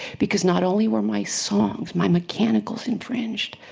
because not only were my songs, my mechanicals infringed,